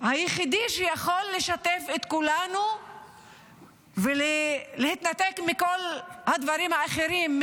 היחידי שיכול לשתף את כולנו ושבו אפשר להתנתק מכל הדברים האחרים,